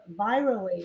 virally